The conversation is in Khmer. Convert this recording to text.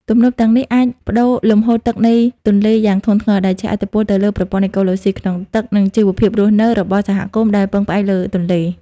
ទំនប់ទាំងនេះអាចផ្លាស់ប្តូរលំហូរទឹកនៃទន្លេយ៉ាងធ្ងន់ធ្ងរ ដែលជះឥទ្ធិពលទៅលើ ប្រព័ន្ធអេកូឡូស៊ីក្នុងទឹក និងជីវភាពរស់នៅរបស់សហគមន៍ដែលពឹងផ្អែកលើទន្លេ។